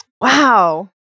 Wow